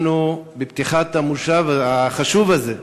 אנחנו בפתיחת המושב החשוב הזה,